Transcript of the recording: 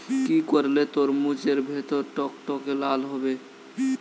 কি করলে তরমুজ এর ভেতর টকটকে লাল হবে?